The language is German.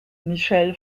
michelle